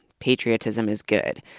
patriotism is good.